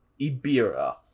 Ibira